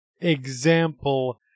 example